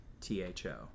t-h-o